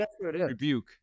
rebuke